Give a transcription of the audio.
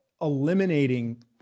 eliminating